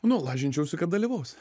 nu lažinčiausi kad dalyvaus